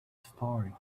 story